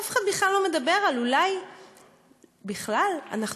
אף אחד בכלל לא אומר: אולי בכלל אנחנו